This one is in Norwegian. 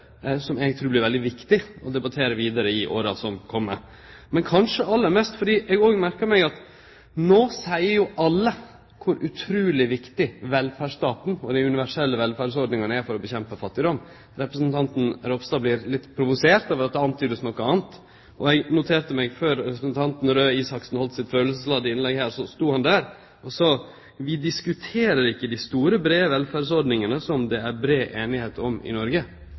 som eg trur vert veldig viktig å debattere vidare i åra som kjem, kanskje aller mest fordi eg har merka meg at alle no snakkar om kor utruleg viktig velferdsstaten og dei universelle velferdsordningane er for å kjempe mot fattigdom. Representanten Ropstad vart litt provosert over at det vart antyda noko anna. Eg noterte meg at representanten Røe Isaksen sa i ein replikk før han heldt sitt kjensleladde innlegg: «Vi diskuterer jo ikke de store, brede velferdsordningene som det er politisk enighet om i